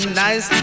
nice